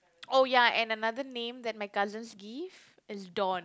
oh ya and another name that my cousins give is Dawn